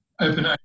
open